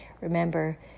Remember